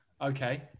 Okay